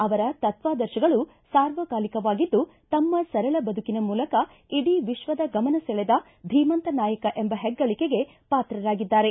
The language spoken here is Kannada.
ಅವರ ತತ್ವಾದರ್ಶಗಳು ಸಾರ್ವಕಾಲಿಕವಾಗಿದ್ದು ತಮ್ಮ ಸರಳ ಬದುಕಿನ ಮೂಲಕ ಇಡಿ ವಿಶ್ವದ ಗಮನ ಸೆಳೆದ ಧೀಮಂತ ನಾಯಕ ಎಂಬ ಪೆಗ್ಗಳಿಕೆಗೆ ಪಾತ್ರರಾಗಿದ್ದಾರೆ